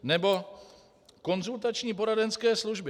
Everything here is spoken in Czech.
Nebo konzultační a poradenské služby.